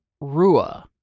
Rua